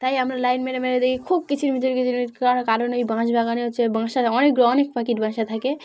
তাই আমরা লাইট মেরে মেরে দেখি খুব কিচিরমিচির কিচিরমিচির করে কারণ ওই বাঁশবাগানে হচ্ছে বাসায় অনেক অনেক পাখির বাসা থাকে